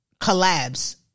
collabs